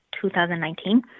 2019